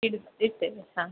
ಇಡು ಇಡ್ತೇವೆ ಹಾಂ